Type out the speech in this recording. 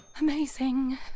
Amazing